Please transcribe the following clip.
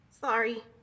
sorry